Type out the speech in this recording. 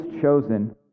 chosen